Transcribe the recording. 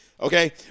okay